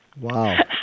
Wow